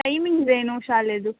timings ಏನು ಶಾಲೆಯದು